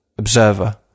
Observer